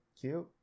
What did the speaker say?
cute